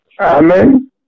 amen